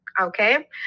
okay